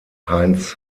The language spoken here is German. heinz